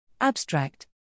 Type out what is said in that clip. Abstract